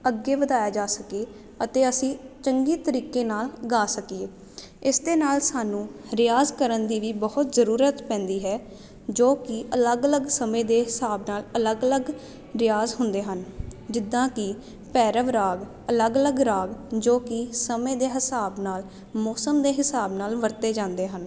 ਅੱਗੇ ਵਧਾਇਆ ਜਾ ਸਕੇ ਅਤੇ ਅਸੀਂ ਚੰਗੀ ਤਰੀਕੇ ਨਾਲ ਗਾ ਸਕੀਏ ਇਸ ਦੇ ਨਾਲ ਸਾਨੂੰ ਰਿਆਜ਼ ਕਰਨ ਦੀ ਵੀ ਬਹੁਤ ਜਰੂਰਤ ਪੈਂਦੀ ਹੈ ਜੋ ਕਿ ਅਲੱਗ ਅਲੱਗ ਸਮੇਂ ਦੇ ਹਿਸਾਬ ਨਾਲ ਅਲੱਗ ਅਲੱਗ ਰਿਆਜ਼ ਹੁੰਦੇ ਹਨ ਜਿੱਦਾਂ ਕਿ ਭੈਰਵ ਰਾਗ ਅਲੱਗ ਅਲੱਗ ਰਾਗ ਜੋ ਕਿ ਸਮੇਂ ਦੇ ਹਿਸਾਬ ਨਾਲ ਮੌਸਮ ਦੇ ਹਿਸਾਬ ਨਾਲ ਵਰਤੇ ਜਾਂਦੇ ਹਨ